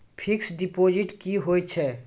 Fixed deposit की होय छै?